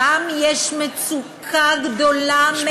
ששם יש מצוקה גדולה מאוד של רופאים מתמחים.